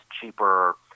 cheaper –